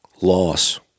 loss